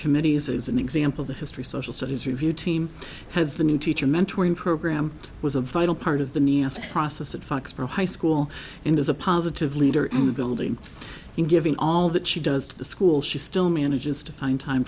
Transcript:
committees as an example the history social studies review team has the new teacher mentoring program was a vital part of the nia ask process at foxborough high school and is a positive leader in the building and given all that she does to the school she still manages to find time